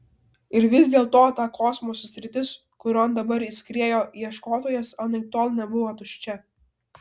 ir vis dėlto ta kosmoso sritis kurion dabar įskriejo ieškotojas anaiptol nebuvo tuščia